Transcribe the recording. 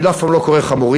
אני אף פעם לא קורא חמורים,